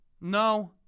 No